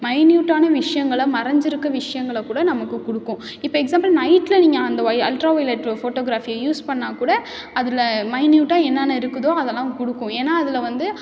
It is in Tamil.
மைன்யூட்டான விஷயங்களை மறைஞ்சிருக்க விஷயங்களை கூட நமக்கு கொடுக்கும் இப்போ எக்ஸாம்பிள் நைட்டில் நீங்கள் அந்த வொய் அல்ட்ரா வொய்லெட்டு ஃபோட்டோகிராஃபியை யூஸ் பண்ணால் கூட அதில் மைன்யூட்டாக என்னன்ன இருக்குதோ அதெல்லாம் கொடுக்கும் ஏனால் அதில் வந்து